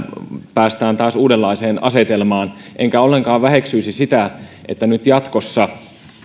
päästään taas uudenlaiseen asetelmaan enkä ollenkaan väheksyisi sitä että nyt jatkossa